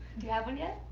do you have one yet?